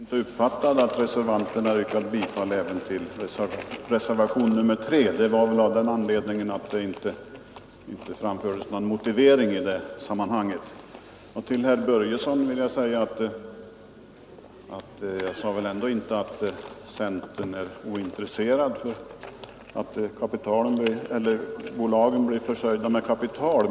Herr talman! Jag ber om ursäkt att jag inte uppfattade att reservanterna yrkade bifall även till reservationen 3. Det beror väl på att det inte framfördes någon motivering i det sammanhanget. Till herr Börjesson i Falköping vill jag säga att jag väl ändå inte påstod att centern var ointresserad av att bolagen blev försörjda med kapital.